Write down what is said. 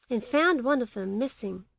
and found one of them missing.